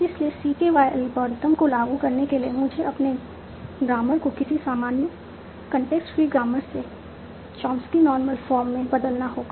इसलिए CKY algorithm को लागू करने के लिए मुझे अपने ग्रामर को किसी सामान्य context free ग्रामर से चॉम्स्की नॉर्मल फॉर्म में बदलना होगा